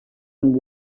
and